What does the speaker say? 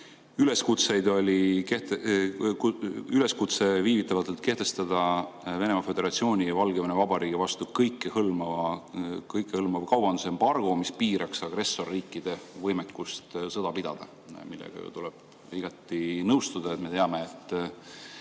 üleskutseid oli üleskutse viivitamatult kehtestada Venemaa Föderatsiooni ja Valgevene Vabariigi vastu kõikehõlmav kaubandusembargo, mis piiraks agressorriikide võimekust sõda pidada. Sellega tuleb igati nõustuda, sest me teame, et